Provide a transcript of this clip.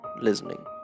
listening